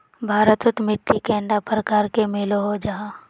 भारत तोत मिट्टी कैडा प्रकारेर मिलोहो जाहा?